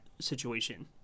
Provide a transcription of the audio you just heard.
situation